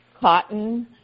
cotton